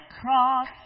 cross